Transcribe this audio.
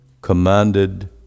commanded